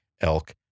elk